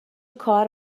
کار